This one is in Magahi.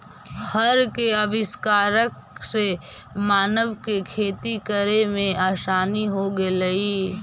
हर के आविष्कार से मानव के खेती करे में आसानी हो गेलई